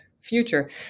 future